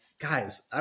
guys